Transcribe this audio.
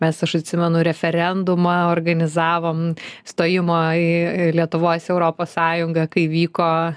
mes aš atsimenu referendumą organizavom stojimo į lietuvos europos sąjungą kai vyko